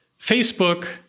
Facebook